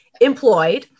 employed